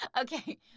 okay